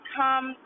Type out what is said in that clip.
come